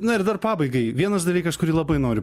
na ir dar pabaigai vienas dalykas kurį labai noriu